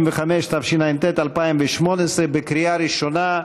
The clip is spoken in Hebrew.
125), התשע"ט 2018, בקריאה ראשונה.